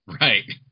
right